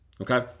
okay